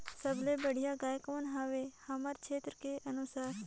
सबले बढ़िया गाय कौन हवे हमर क्षेत्र के अनुसार?